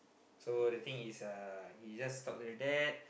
so the thing is uh he just talk to the dad